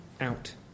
out